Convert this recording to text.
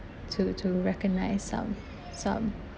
to to recognise some some